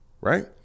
right